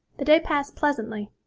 the day passed pleasantly,